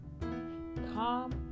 Calm